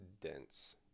dense